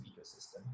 ecosystem